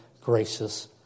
gracious